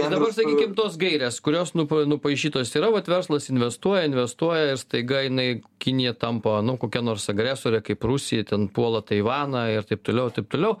dabar sakykim tos gairės kurios nu nupaišytos vat verslas investuoja investuoja ir staiga jinai kinija tampa nu kokia nors agresore kaip rusija ten puola taivaną ir taip toliau ir taip toliau